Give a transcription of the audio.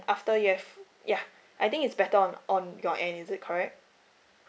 after you have yeah I think it's better on on your end is it correct